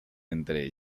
entre